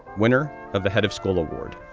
winner of the head of school award,